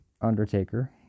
undertaker